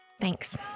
Thanks